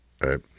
right